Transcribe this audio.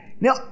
Now